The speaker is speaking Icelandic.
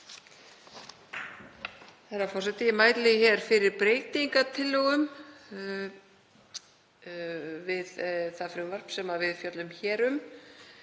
Herra forseti. Ég mæli hér fyrir breytingartillögum við það frumvarp sem við fjöllum um